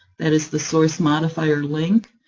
that is the source modifier link.